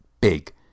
big